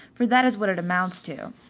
for that is what it amounts to,